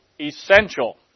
essential